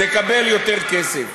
תקבל יותר כסף.